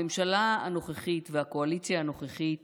הממשלה הנוכחית והקואליציה הנוכחית